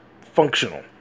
functional